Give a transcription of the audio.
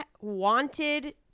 wanted